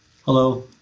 Hello